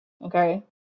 Okay